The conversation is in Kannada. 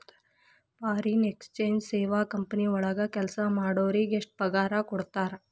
ಫಾರಿನ್ ಎಕ್ಸಚೆಂಜ್ ಸೇವಾ ಕಂಪನಿ ವಳಗ್ ಕೆಲ್ಸಾ ಮಾಡೊರಿಗೆ ಎಷ್ಟ್ ಪಗಾರಾ ಕೊಡ್ತಾರ?